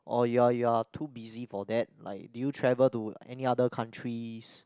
orh you're you're too busy for that like do you travel to any other countries